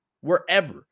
wherever